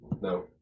No